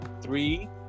three